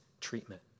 treatment